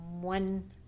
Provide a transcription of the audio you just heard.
One